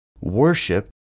Worship